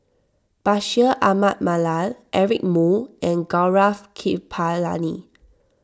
Bashir Ahmad Mallal Eric Moo and Gaurav Kripalani